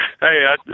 Hey